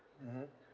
mmhmm